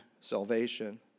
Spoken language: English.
salvation